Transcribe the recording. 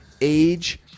age